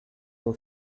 were